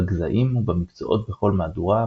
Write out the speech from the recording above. בגזעים ובמקצועות בכל מהדורה,